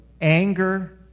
anger